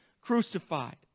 crucified